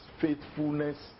faithfulness